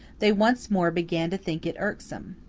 they once more began to think it irksome.